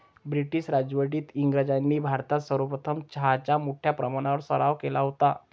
British राजवटीत इंग्रजांनी भारतात सर्वप्रथम चहाचा मोठ्या प्रमाणावर सराव केला होता